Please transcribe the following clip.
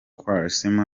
quaresma